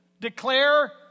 declare